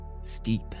steep